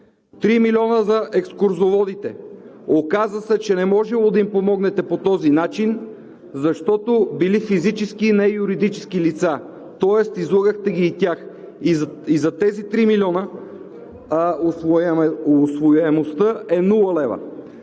Три милиона за екскурзоводите – оказа се, че не можело да им помогнете по този начин, защото били физически, а не юридически лица. Тоест излъгахте ги и тях. И за тези три милиона усвояемостта е нула лева.